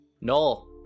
Null